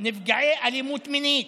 שהם נפגעי אלימות מינית,